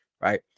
Right